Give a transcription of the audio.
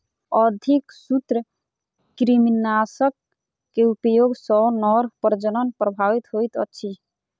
अधिक सूत्रकृमिनाशक के उपयोग सॅ नर प्रजनन प्रभावित होइत अछि